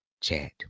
chat